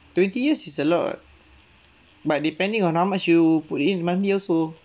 twenty years is a lot [what] but depending on how much you put in money also